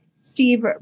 Steve